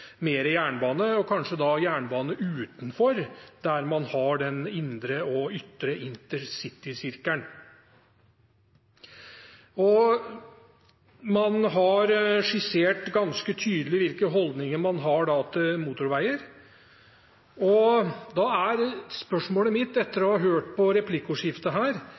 jernbane og kanskje jernbane utenfor den indre og ytre intercitysirkelen. Man har skissert ganske tydelig hvilke holdninger man har til motorveier. Da er spørsmålet mitt etter å ha hørt på replikkordskiftet her: